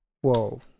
Whoa